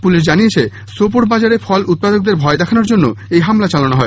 police জানিয়েছে সোপোর বাজারে ফল উৎপাদকদের ভয় দেখানোর জন্য এই হামলা চালানো হয়